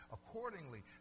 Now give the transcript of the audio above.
Accordingly